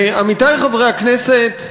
ועמיתי חברי הכנסת,